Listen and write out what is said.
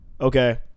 Okay